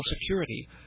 security